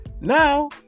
Now